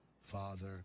father